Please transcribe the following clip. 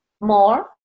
more